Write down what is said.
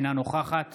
אינה נוכחת